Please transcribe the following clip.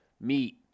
meat